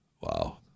Wow